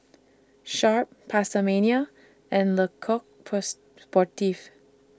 Sharp PastaMania and Le Coq Sportif